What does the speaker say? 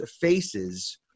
faces